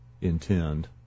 intend